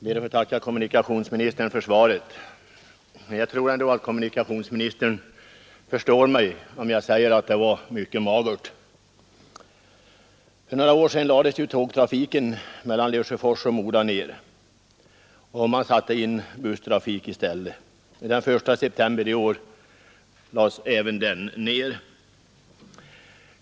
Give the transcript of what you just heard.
Herr talman! Jag ber att få tacka kommunikationsministern för svaret, men jag tror att han förstår mig om jag säger att det var mycket magert. För några år sedan lades tågtrafiken mellan Lesjöfors och Mora ner och man satte in busstrafik i stället. Den 1 september i år lades även den ner.